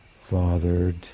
fathered